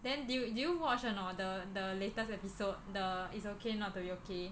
then did you did you watch or not the latest episode the It's Okay Not to Be Okay